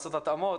לעשות התאמות,